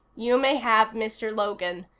you may have mr. logan.